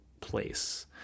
place